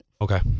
Okay